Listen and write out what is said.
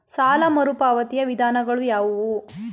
ಸಾಲ ಮರುಪಾವತಿಯ ವಿಧಾನಗಳು ಯಾವುವು?